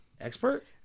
expert